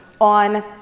on